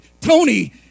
Tony